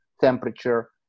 temperature